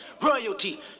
Royalty